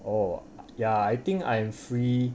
oh ya I think I'm free